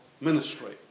ministry